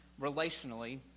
relationally